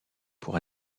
pour